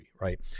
right